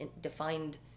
defined